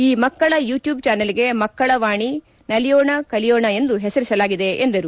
ಈ ಮಕ್ಕಳ ಯುಟ್ಕೂಬ್ ಜಾನೆಲ್ಗೆ ಮಕ್ಕಳ ವಾಣಿ ನಲಿಯೋಣ ಕಲಿಯೋಣ ಎಂದು ಹೆಸರಿಸಲಾಗಿದೆ ಎಂದರು